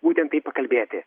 būtent taip pakalbėti